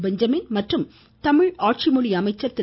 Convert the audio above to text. Benjamin மற்றும் தமிழ் ஆட்சிமொழி அமைச்சர் திரு